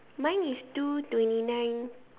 mine is two twenty nine